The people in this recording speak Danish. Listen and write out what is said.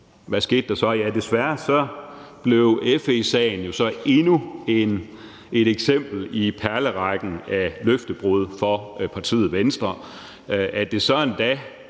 Hvad skete der så? Desværre blev FE-sagen jo så endnu et eksempel i perlerækken af løftebrud for partiet Venstre.